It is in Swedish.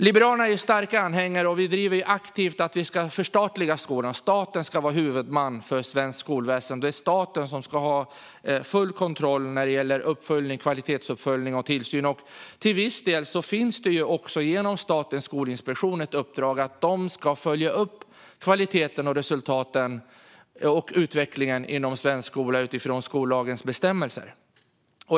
Liberalerna är starka anhängare av, och vi driver aktivt, att förstatliga skolan. Staten ska vara huvudman för svenskt skolväsen, och det är staten som ska ha full kontroll när det gäller kvalitetsuppföljning och tillsyn. Till viss del finns det genom Statens skolinspektion ett uppdrag att följa upp kvaliteten, resultaten och utvecklingen inom svensk skola utifrån skollagens bestämmelser.